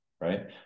right